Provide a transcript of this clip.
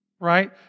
Right